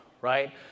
right